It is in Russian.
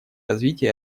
развитие